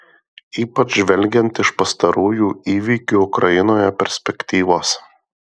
ypač žvelgiant iš pastarųjų įvykių ukrainoje perspektyvos